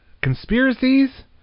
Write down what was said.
conspiracies